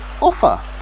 offer